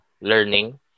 learning